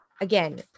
again